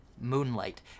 Moonlight